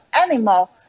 animal